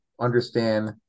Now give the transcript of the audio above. understand